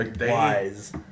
wise